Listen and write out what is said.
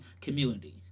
community